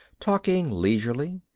talking leisurely.